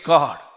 God